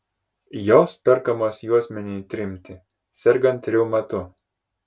jos perkamos juosmeniui trinti sergant reumatu